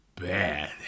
bad